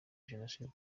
jenoside